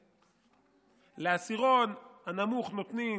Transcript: לעשירון הנמוך נותנים,